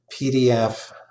PDF